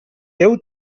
déu